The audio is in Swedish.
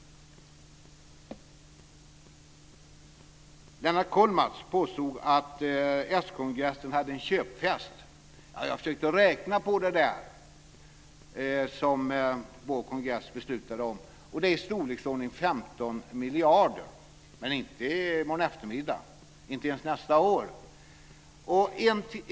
Lennart Kollmats påstod att s-kongressen ägnade sig åt köpfest. Jag har försökt att räkna på de beslut som vår kongress beslutade om, och det gäller i storleksordningen 15 miljarder. Men det blir inte aktuellt i morgon eftermiddag och inte ens nästa år.